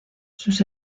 sus